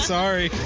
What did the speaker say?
Sorry